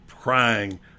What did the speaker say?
crying